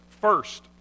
first